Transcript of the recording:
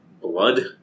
blood